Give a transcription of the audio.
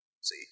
See